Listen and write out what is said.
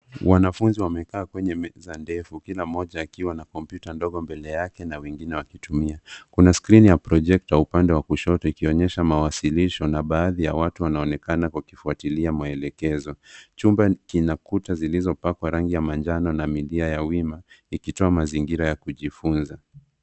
Wanafunzi wamekaa kwenye meza ndefu, kila mmoja akiwa na kompyuta ndogo mbele yake, na wengine wakitumia. Kuna skrini ya projector , ikionyesha mawasilisho na baadhi ya watu wanaonekana wakifuatilia maelekezo. Chumba kina kuta zilizopakwa rangi ya manjano na mijia ya wima, ikitoa mazigira ya kujifunza.